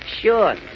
Sure